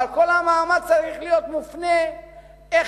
אבל כל המאמץ צריך להיות מופנה איך